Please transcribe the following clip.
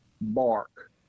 bark